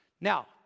Now